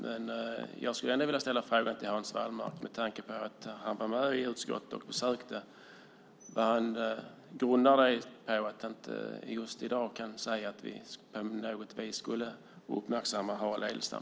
Med tanke på att Hans Wallmark var med vid utskottets besök i Chile skulle jag vilja fråga vad han hans åsikt grundas på. Det gäller då att vi inte just i dag kan säga att vi på något vis skulle uppmärksamma Harald Edelstam.